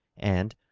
and,